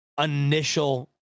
initial